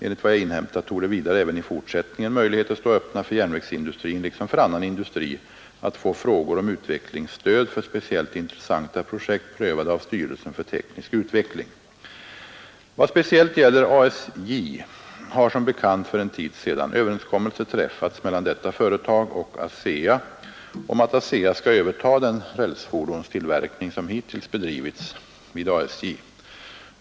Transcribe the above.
Enligt vad jag inhämtat torde vidare även i fortsättningen möjligheter stå öppna för järnvägsindustrin liksom för annan industri att få frågor om utvecklingsstöd för speciellt intressanta projekt prövade av styrelsen för teknisk utveckling. Vad speciellt gäller ASJ har som bekant för en tid sedan överenskommelse träffats mellan detta företag och ASEA om att ASEA skall överta den rälsfordonstillverkning som hittills bedrivits vid ASJ.